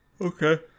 Okay